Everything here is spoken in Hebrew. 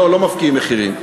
לא, לא מפקיעים מחירים.